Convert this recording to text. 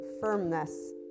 firmness